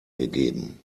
gegeben